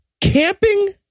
Camping